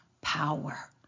power